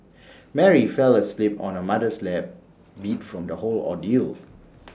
Mary fell asleep on her mother's lap beat from the whole ordeal